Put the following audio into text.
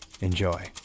Enjoy